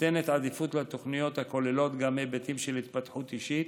ניתנת עדיפות לתוכניות הכוללות גם היבטים של התפתחות אישית